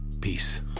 Peace